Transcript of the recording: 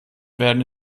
werden